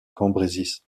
cambrésis